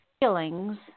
feelings